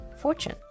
fortune